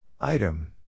Item